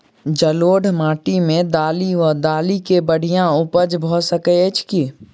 जलोढ़ माटि मे दालि वा दालि केँ बढ़िया उपज भऽ सकैत अछि की?